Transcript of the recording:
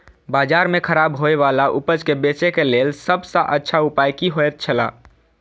बाजार में खराब होय वाला उपज के बेचे के लेल सब सॉ अच्छा उपाय की होयत छला?